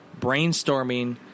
brainstorming